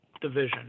division